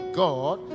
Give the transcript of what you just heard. god